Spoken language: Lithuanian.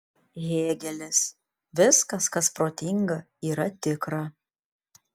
hėgelis viskas kas protinga yra tikra